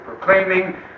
proclaiming